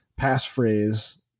passphrase